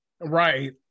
right